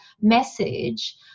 message